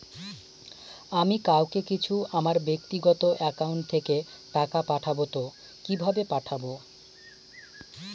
আমি কাউকে কিছু আমার ব্যাক্তিগত একাউন্ট থেকে টাকা পাঠাবো তো কিভাবে পাঠাবো?